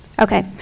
Okay